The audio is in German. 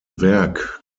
werk